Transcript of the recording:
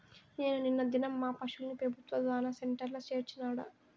నేను నిన్న దినం మా పశుల్ని పెబుత్వ దాణా సెంటర్ల చేర్చినాడ